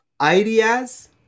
ideas